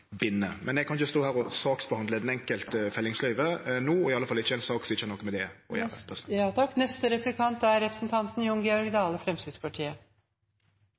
Men eg kan ikkje stå her og saksbehandle det enkelte fellingsløyvet no, i alle fall ikkje i ei sak som ikkje har noko med det å